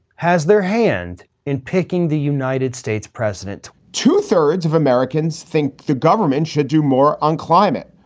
has their hand in picking the united states president two thirds of americans think the government should do more on climate.